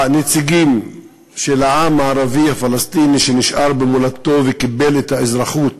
הנציגים של העם הערבי הפלסטיני שנשאר במולדתו וקיבל את האזרחות